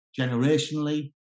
generationally